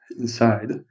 inside